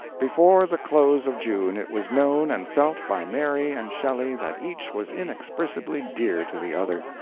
before the close of june it was known and felt by mary and shelley that each was inexpressibly dear to the other.